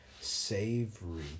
savory